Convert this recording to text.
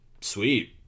sweet